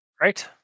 Right